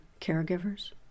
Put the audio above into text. caregivers